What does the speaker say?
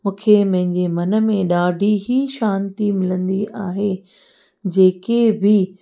मूंखे मुंहिंजे मन में ॾाढी ई शांती मिलंदी आहे जेके बि